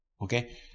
Okay